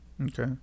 Okay